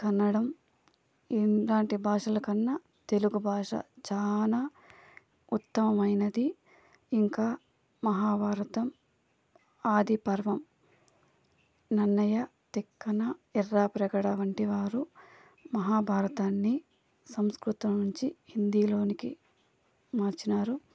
కన్నడం ఇలాంటి భాషల కన్నా తెలుగు భాష చానా ఉత్తమమైనది ఇంకా మహాభారతం ఆదిపర్వం నన్నయ్య తిక్కన ఎర్ర ప్రగడ వంటి వారు మహాభారతాన్ని సంస్కృతం నుంచి హిందీలోనికి మార్చినారు